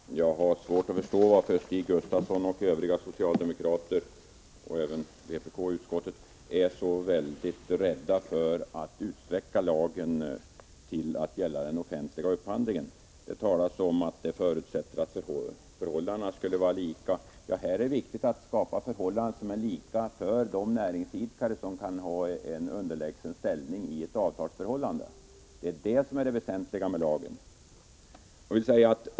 Herr talman! Jag har svårt att förstå varför Stig Gustafsson liksom övriga socialdemokrater och vpk:s representant i utskottet är så rädda för att utsträcka lagen till att gälla den offentliga upphandlingen. Det framhålls att en förutsättning härför skulle vara att lika förhållanden råder. Ja, det är viktigt att skapa lika förhållanden för de näringsidkare som i ett avtalsförhållande har en underlägsen ställning. Det är det som är det väsentliga i lagen.